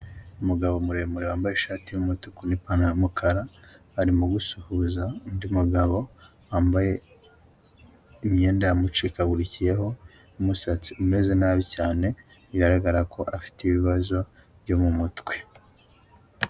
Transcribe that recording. Umugabo muremure wambaye ishati y'umutuku n'ipantaro yumukara arimo gusuhuza undi mugabo wambaye imyenda yamucikagurikiyeho, umusatsi umeze nabi cyane, bigaragara ko afite ibibazo byo mu mutwe.